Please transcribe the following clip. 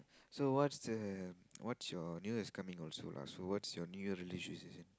so what's the what's your New Year is coming also lah so what's your New Year